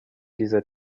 dieser